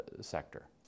sector